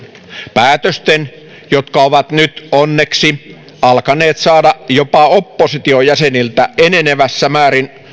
päätösten jotka ovat nyt onneksi alkaneet saada jopa opposition jäseniltä enenevässä määrin